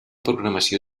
programació